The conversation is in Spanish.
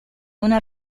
una